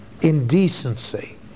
indecency